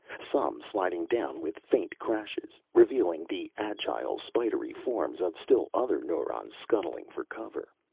some sliding down with faint crashes, revealing the agile, spidery forms of still other neurons scuttling for cover.